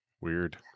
weird